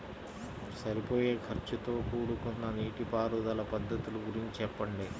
సరిపోయే ఖర్చుతో కూడుకున్న నీటిపారుదల పద్ధతుల గురించి చెప్పండి?